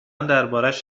دربارش